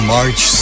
March